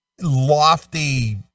lofty